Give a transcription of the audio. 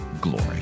Glory